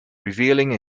revealing